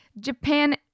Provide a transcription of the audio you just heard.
Japan